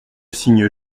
signe